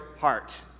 heart